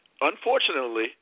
Unfortunately